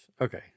Okay